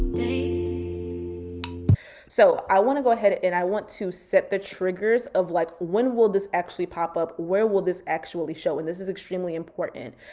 so i wanna go ahead and i want to set the triggers of like, when will this actually pop-up? where will this actually show? and this is extremely important.